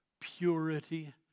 Purity